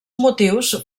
motius